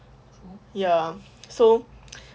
ya so